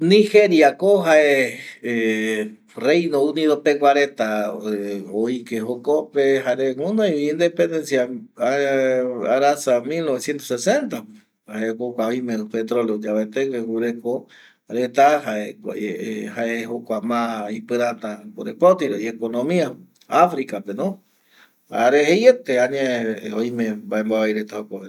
﻿Nigeriako jae Reino Unido pegua reta oike jokope jare guinoivi independencia ˂hesitation˃ arasa mil novecientos sesentape jae jokua oime petroleo yavaetegue guireko reta jae jokua ma ipirata korepotire ieconomia africa peno jare jeite añae oime mbae mboavai reta jokope